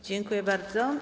Dziękuję bardzo.